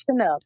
up